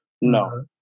No